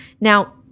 Now